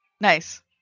nice